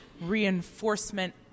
reinforcement